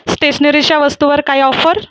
स्टेशनरीश्या वस्तूवर काही ऑफर